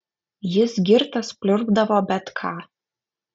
jis girtas pliurpdavo bet ką